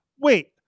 wait